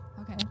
Okay